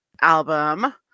album